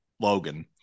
Logan